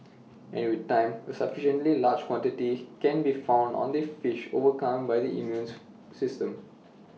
and with time A sufficiently large quantity can be found on the fish overcome by the immune system